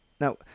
Now